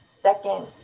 second